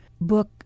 book